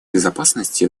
безопасности